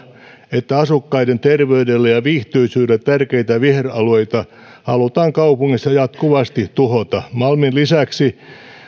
että asukkaiden terveydelle ja viihtyisyydelle tärkeitä viheralueita halutaan kaupungissa jatkuvasti tuhota malmin lisäksi